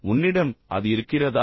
உன்னிடம் அது இருக்கிறதா